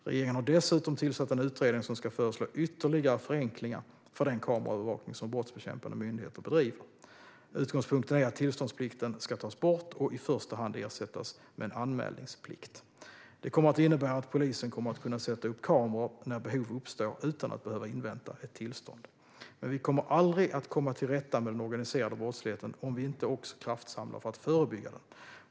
Regeringen har dessutom tillsatt en utredning som ska föreslå ytterligare förenklingar för den kameraövervakning som brottsbekämpande myndigheter bedriver. Utgångspunkten är att tillståndsplikten ska tas bort och i första hand ersättas med en anmälningsplikt. Det kommer att innebära att polisen kommer att kunna sätta upp kameror när behov uppstår utan att behöva invänta ett tillstånd. Men vi kommer aldrig att komma till rätta med den organiserade brottsligheten om vi inte också kraftsamlar för att förebygga den.